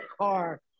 car